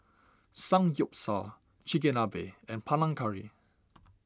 Samgyeopsal Chigenabe and Panang Curry